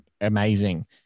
amazing